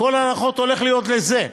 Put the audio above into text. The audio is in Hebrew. הולכות להיות לזה.